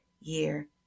year